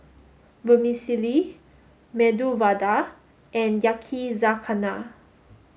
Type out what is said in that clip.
Vermicelli Medu Vada and Yakizakana